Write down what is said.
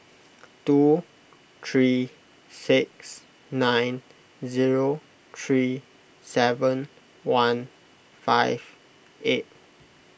two three six nine zero three seven one five eight